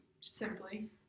simply